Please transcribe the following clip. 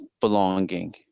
belonging